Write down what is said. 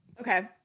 Okay